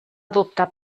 adoptar